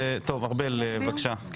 ארבל, בקשה.